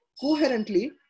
coherently